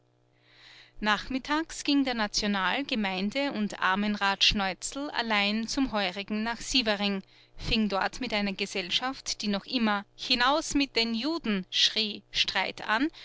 nachmittags ging der national gemeinde und armenrat schneuzel allein zum heurigen nach sievering fing dort mit einer gesellschaft die noch immer hinaus mit den juden schrie streit an